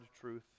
truth